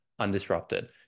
undisrupted